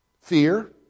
Fear